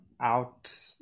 out